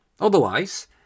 Otherwise